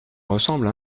ressemble